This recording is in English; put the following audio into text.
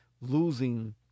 losing